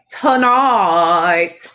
tonight